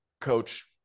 coach